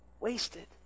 wasted